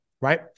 right